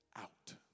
out